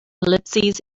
ellipses